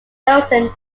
wilson